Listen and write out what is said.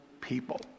people